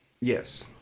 Yes